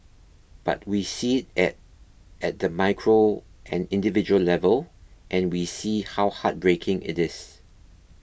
but we see it at the micro and individual level and we see how heartbreaking it is